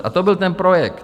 A to byl ten projekt.